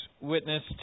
witness